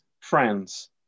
friends